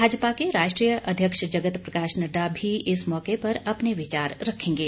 भाजपा के राष्ट्रीय अध्यक्ष जगत प्रकाश नड्डा भी इस मौके पर अपने विचार रखेंगे